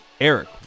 Eric